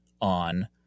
on